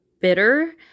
bitter